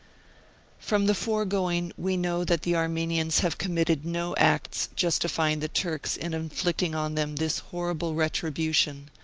from the foregoing we know that the armenians have committed no acts justifying the turks in in flicting on them this horrible retribution,